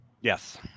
Yes